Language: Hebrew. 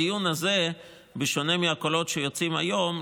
בדיון הזה בשונה מהקולות שיוצאים היום,